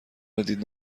دید